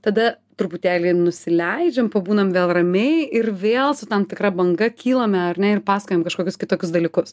tada truputėlį nusileidžiam pabūnam vėl ramiai ir vėl su tam tikra banga kylame ar ne ir pasakojam kažkokius kitokius dalykus